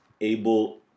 able